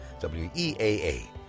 W-E-A-A